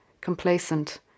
complacent